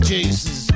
Jesus